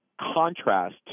contrast